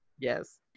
yes